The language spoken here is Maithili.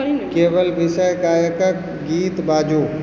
केवल विशेष गायकक गीत बजाउ